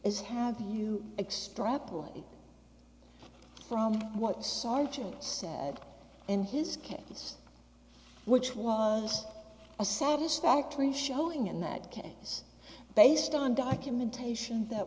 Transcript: is have you extrapolate from what sergeant said in his case which was a satisfactory showing in that case based on documentation that